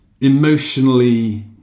emotionally